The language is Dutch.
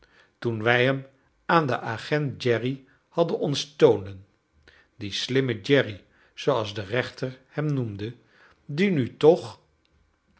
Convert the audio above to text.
toen wij hem aan den agent jerry hadden ontstolen dien slimmen jerry zooals de rechter hem noemde die nu toch